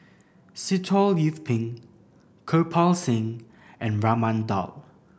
Sitoh Yih Pin Kirpal Singh and Raman Daud